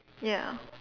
ya